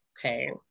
Okay